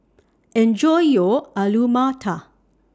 Enjoy your Alu Matar